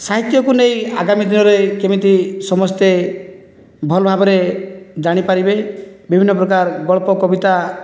ସାହିତ୍ୟକୁ ନେଇ ଆଗାମୀ ଦିନରେ କେମିତି ସମସ୍ତେ ଭଲ ଭାବରେ ଜାଣି ପାରିବେ ବିଭିନ୍ନ ପ୍ରକାର ଗଳ୍ପ କବିତା